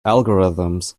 algorithms